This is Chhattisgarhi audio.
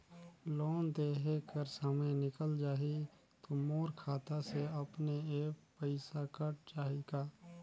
लोन देहे कर समय निकल जाही तो मोर खाता से अपने एप्प पइसा कट जाही का?